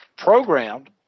programmed